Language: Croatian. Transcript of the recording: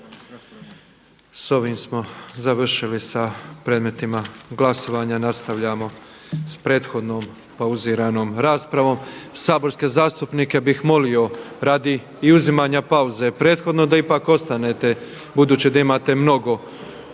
mjesta. Hvala. **Petrov, Božo (MOST)** Nastavljamo sa prethodnom pauziranom raspravom. Saborske zastupnike bih molio radi i uzimanja pauze prethodno, da ipak ostanete budući da imate mnogo